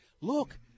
look